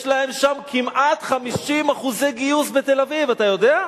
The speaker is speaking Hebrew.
יש להם שם כמעט 50% גיוס בתל-אביב, אתה יודע?